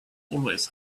always